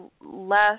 less